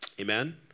amen